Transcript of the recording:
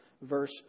verse